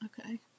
Okay